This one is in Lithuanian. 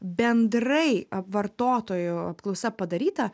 bendrai a vartotojų apklausa padaryta